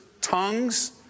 tongues